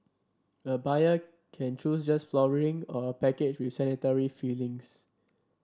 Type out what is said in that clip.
a buyer can choose just flooring or a package with sanitary fittings